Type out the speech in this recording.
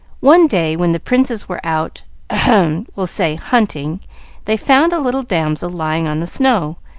one day, when the princes were out ahem! we'll say hunting they found a little damsel lying on the snow,